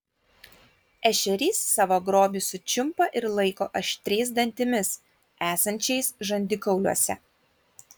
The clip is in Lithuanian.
ešerys savo grobį sučiumpa ir laiko aštriais dantimis esančiais žandikauliuose